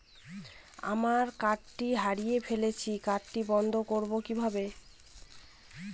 আমার কার্ডটি হারিয়ে ফেলেছি কার্ডটি বন্ধ করব কিভাবে?